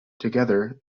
together